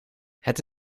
het